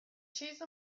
cheese